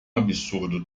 absurdo